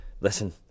listen